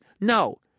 No